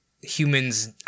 humans